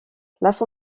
lass